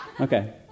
Okay